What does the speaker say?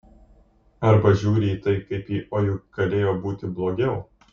arba žiūri į tai kaip į o juk galėjo būti blogiau